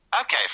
Okay